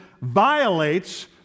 violates